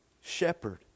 shepherd